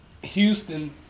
Houston